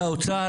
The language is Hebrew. זה האוצר.